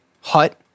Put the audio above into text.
hut